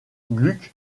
gluck